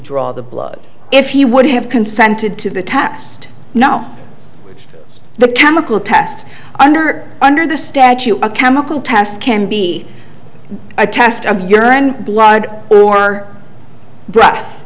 draw the blood if you would have consented to the test no the chemical test under under the statute a chemical test can be a test of urine blood or our breath